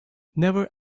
never